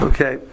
Okay